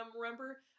Remember